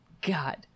God